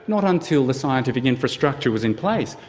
not until the scientific infrastructure was in place,